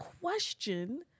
question